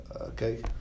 okay